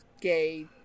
gay